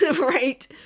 Right